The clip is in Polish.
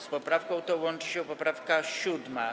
Z poprawką tą łączy się poprawka 7.